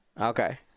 Okay